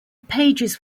pages